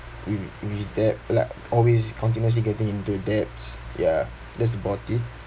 wi~ with debt like always continuously getting into debts ya that's about it